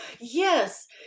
Yes